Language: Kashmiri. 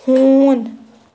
ہوٗن